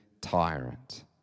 tyrant